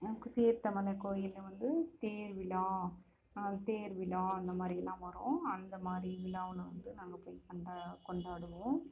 தீர்த்த மலை கோயிலில் வந்து தேர்விழா தேர்விழா அந்த மாரியெல்லாம் வரும் அந்த மாதிரி விழாவில் வந்து நாங்கள் போய் கொண்டாடி கொண்டாடுவோம்